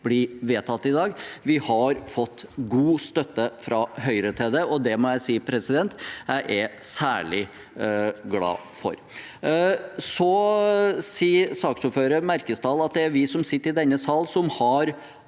Vi har fått god støtte fra Høyre til det, og det må jeg si jeg er særlig glad for. Saksordføreren, Merkesdal, sier at det er vi som sitter i denne sal, som har